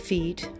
Feet